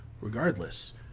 Regardless